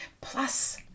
Plus